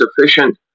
sufficient